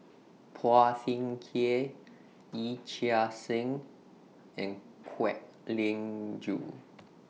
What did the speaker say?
Phua Thin Kiay Yee Chia Hsing and Kwek Leng Joo